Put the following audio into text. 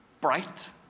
bright